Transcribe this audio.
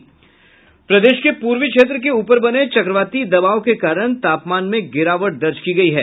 प्रदेश के पूर्वी क्षेत्र के ऊपर बने चक्रवाती दबाव के कारण तापमान में गिरावट तर्ज की गयी है